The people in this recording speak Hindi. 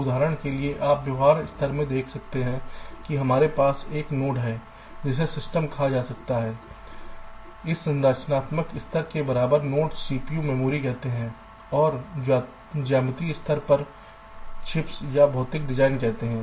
उदाहरण के लिए आप व्यवहार स्तर में देख सकते हैं कि हमारे पास एक नोड है जिसे सिस्टम कहा जाता है इस संरचनात्मक स्तर के बराबर नोड सीपीयू मेमोरी कहते हैं और ज्यामितीय स्तर पर चिप्स या भौतिक विभाजन कहते हैं